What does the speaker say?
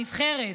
הנבחרת.